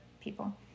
people